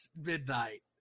midnight